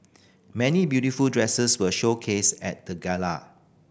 many beautiful dresses were showcased at the gala